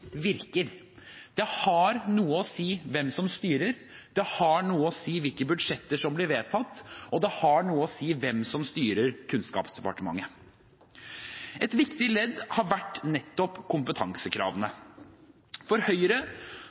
virker. Det har noe å si hvem som styrer, det har noe å si hvilke budsjetter som blir vedtatt, og det har noe å si hvem som styrer Kunnskapsdepartementet. Et viktig ledd har vært nettopp kompetansekravene. For Høyre